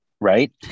Right